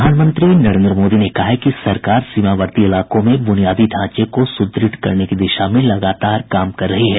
प्रधानमंत्री नरेन्द्र मोदी ने कहा है कि सरकार सीमावर्ती इलाकों में बुनियादी ढांचे को सुद्रढ़ करने की दिशा में लगातार काम कर रही है